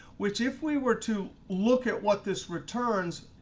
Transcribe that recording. which if we were to look at what this returns,